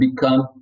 become